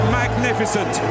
magnificent